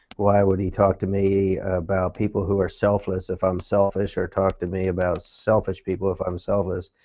why would he talk to me about people who are selfless if i'm selfish or talk to me about selfish people if i'm selfless?